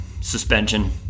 suspension